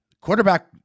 quarterback